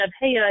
hey